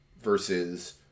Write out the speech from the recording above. versus